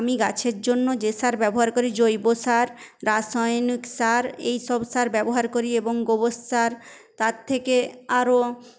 আমি গাছের জন্য যে সার ব্যবহার করি জৈব সার রাসায়নিক সার এই সব সার ব্যবহার করি এবং গোবর সার তার থেকে আরো